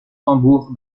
tambours